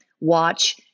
watch